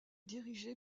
dirigé